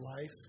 life